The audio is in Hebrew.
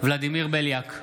ולדימיר בליאק,